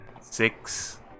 six